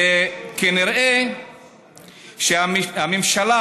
כנראה הממשלה,